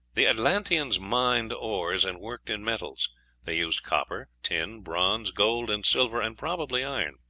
the atlanteans mined ores, and worked in metals they used copper, tin, bronze, gold, and silver, and probably iron.